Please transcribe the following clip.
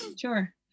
Sure